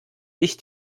ich